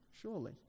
Surely